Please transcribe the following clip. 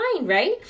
right